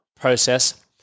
process